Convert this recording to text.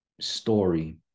story